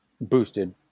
boosted